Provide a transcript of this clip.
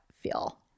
feel